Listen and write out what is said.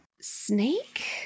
Snake